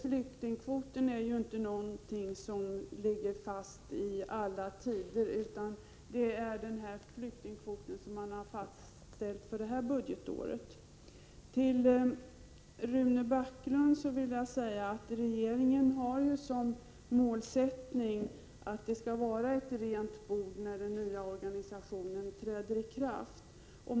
Flyktingkvoten ligger inte fast för alla tider, utan den är fastställd för det löpande budgetåret. Till Rune Backlund vill jag säga att regeringen har som målsättning att invandrarverkets bord skall vara rent när den nya organisationen träder i kraft.